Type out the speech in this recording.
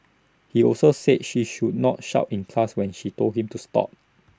he also said she should not shout in class when she told him to stop